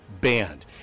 banned